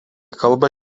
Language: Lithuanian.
kalba